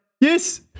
yes